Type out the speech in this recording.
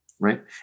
Right